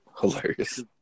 hilarious